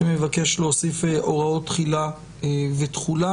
שמבקש להוסיף הוראות תחילה ותחולה.